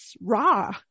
raw